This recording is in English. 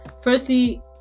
Firstly